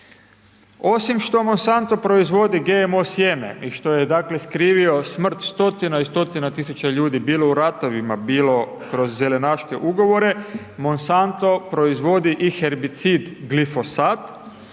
Osim što Monsatno proizvodi GMO sjeme i što je dakle, skrivio smrt stotina i stotina tisuća ljudi, bilo u ratovima, bilo kroz zelenaške ugovore, Monsanto proizvodi i herbicid glifosat,